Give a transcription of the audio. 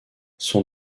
son